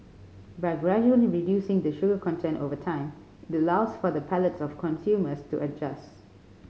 by gradually reducing the sugar content over time it allows for the palates of consumers to adjust